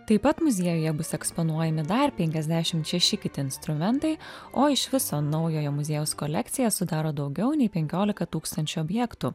taip pat muziejuje bus eksponuojami dar penkiadešim šeši kiti instrumentai o iš viso naujojo muziejaus kolekciją sudaro daugiau nei penkiolika tūkstančių objektų